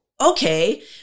okay